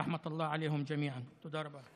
(אומר בערבית: רחמי האל עליהן.) תודה רבה.